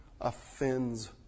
offends